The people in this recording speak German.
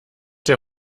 der